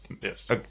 yes